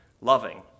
loving